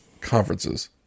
conferences